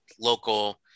local